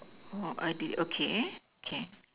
oh I did okay okay